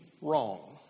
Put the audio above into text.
wrong